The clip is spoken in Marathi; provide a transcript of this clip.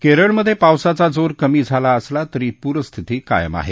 केरळमधे पावसाचा जोर कमी झाला असला तरी पूरस्थिती कायम आहे